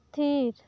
ᱛᱷᱤᱨ